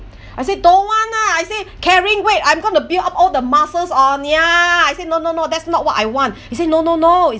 I say don't want ah I say carrying weight I'm going to build up all the muscles on ya I say no no no that's not what I want she say no no no